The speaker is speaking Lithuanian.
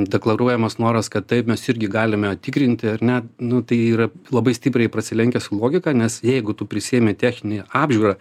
deklaruojamas noras kad taip mes irgi galime tikrinti ar ne nu tai yra labai stipriai prasilenkia su logika nes jeigu tu prisiėmi techninę apžiūrą